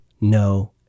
no